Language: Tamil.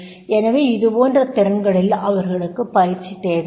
எனவே இதுபோன்ற திறன் களில் அவர்களுக்கு பயிற்சி தேவைப்படும்